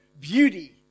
beauty